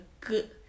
good